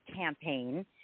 campaign